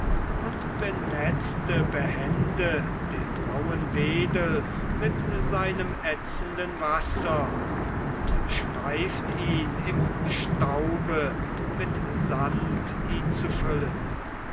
und benetzte behende den rauhen wedel mit seinem ätzenden wasser und schleift ihn im staube mit sand ihn zu füllen